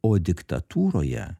o diktatūroje